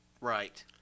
Right